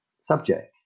subject